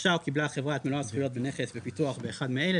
רכשה או קיבלה החברה את מלוא הזכויות בנכס בפיתוח מאחד מאלה,